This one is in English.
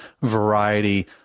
variety